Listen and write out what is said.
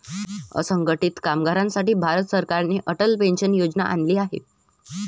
असंघटित कामगारांसाठी भारत सरकारने अटल पेन्शन योजना आणली आहे